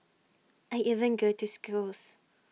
I even go to schools